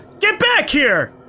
get back here!